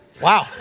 Wow